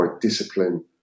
discipline